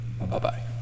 Bye-bye